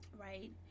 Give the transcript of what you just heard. right